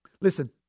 Listen